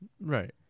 Right